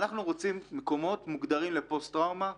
אנחנו רוצים מקומות מוגדרים לפוסט-טראומה,